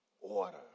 Order